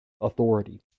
authority